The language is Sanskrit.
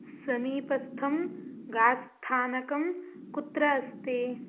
समीपस्थं गास् स्थानकं कुत्र अस्ति